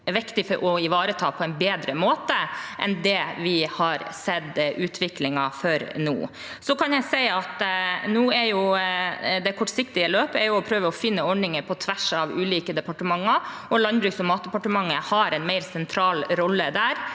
kultur, viktig å ivareta på en bedre måte enn det vi har sett av utviklingen fram til nå. Det kortsiktige løpet er å prøve å finne ordninger på tvers av ulike departementer, og Landbruks- og matdepartementet har en mer sentral rolle der